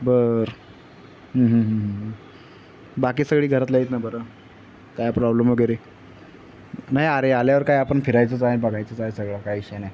बरं बाकी सगळी घरातली आहेत ना बरं काय प्रॉब्लेम वगैरे नाही अरे आल्यावर काय आपण फिरायचंच आहे बघायचं आहे सगळं काय विषय नाही